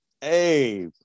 Hey